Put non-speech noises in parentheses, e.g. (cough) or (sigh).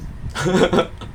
(laughs)